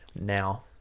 Now